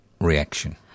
reaction